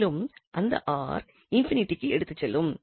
மேலும் அந்த 𝑅 ∞க்கு எடுத்துச் செல்லும்